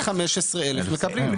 רק 15,000 מקבלים.